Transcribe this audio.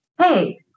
hey